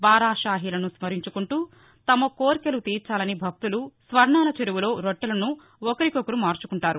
బారా షాహీలను స్నరించుకుంటూ తమ కోర్శెలు తీర్చాలని భక్తులు స్వర్ణాల చెరువులో రొట్టెలను ఒకరికొకరు మార్చుకుంటారు